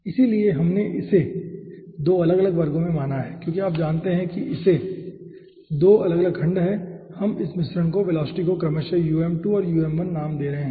इसलिए हमने इसे 2 अलग अलग वर्गों में माना है क्योंकि आप जानते हैं कि इसमें 2 अलग अलग खंड हैं हम इस मिश्रण की वेलोसिटी को क्रमशः um2 और um1 नाम दे रहे हैं